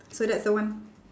so that's the one